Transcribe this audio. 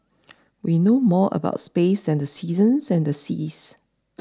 we know more about space than the seasons and the seas